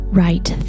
right